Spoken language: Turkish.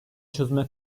çözüme